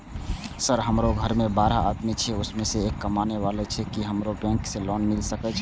Sir हमरो घर में बारह आदमी छे उसमें एक कमाने वाला छे की हमरा बैंक से लोन मिल सके छे?